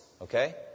okay